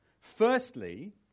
Firstly